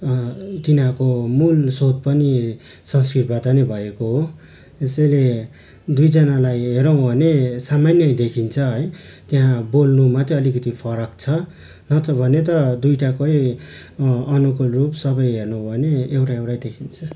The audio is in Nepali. तिनीहरूको मूलस्रोत पनि संस्कृतबाट नै भएको हो यसैले दुईजनालाई हेरौँ भने सामान्यै देखिन्छ है त्यहाँ बोल्नु मात्रै अलिकति फरक छ नत्र भने त दुईवटाकै अनुकूल रूप सबै हेर्नु हो भने एउटा एउटै देखिन्छ